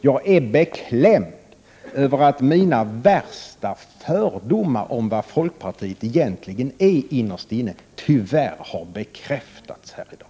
Jag är beklämd över att mina värsta fördomar om vad folkpartiet egentligen är innerst inne tyvärr har bekräftats här i dag.